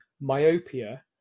myopia